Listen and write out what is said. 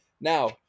Now